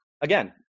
again